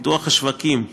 פיתוח השווקים וכו',